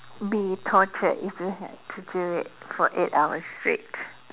be torture if you had to do it for eight hours straight